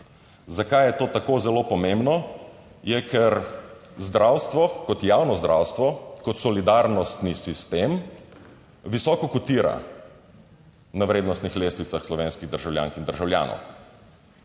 Zakaj je to tako zelo pomembno? Je, ker zdravstvo kot javno zdravstvo, kot solidarnostni sistem. Visoko kotira na vrednostnih lestvicah slovenskih državljank in državljanov.